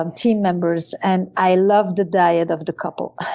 um team members, and i love the diet of the couple